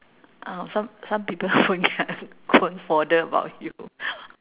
uh some some people won't care won't bother about you